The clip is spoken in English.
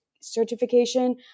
certification